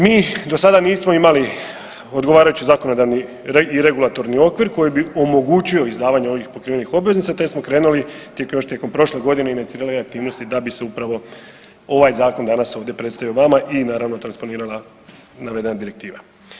Mi do sada nismo imali odgovarajući zakonodavni i regulatorni okvir koji bi omogućio izdavanje ovih pokrivenih obveznica te smo krenuli još tijekom prošle godine inicirali aktivnosti da bi se upravo ovaj zakon danas ovdje predstavio vama i naravno … [[ne razumije se]] navedena direktiva.